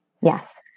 Yes